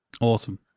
awesome